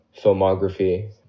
filmography